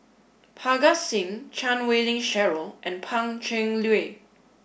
Parga Singh Chan Wei Ling Cheryl and Pan Cheng Lui